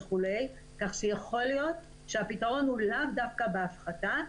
יכול להיות שהפתרון הוא לאו דווקא בהפחתה,